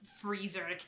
freezer